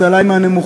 האבטלה היא מהנמוכות